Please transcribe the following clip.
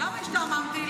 למה השתעממתי?